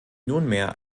nunmehr